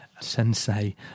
sensei